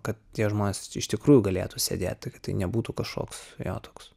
kad tie žmonės iš tikrųjų galėtų sėdėt kad tai nebūtų kažkoks jo toks